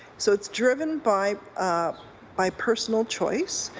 so it's driven by um by personal choice.